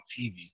TV